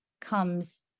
comes